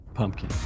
pumpkin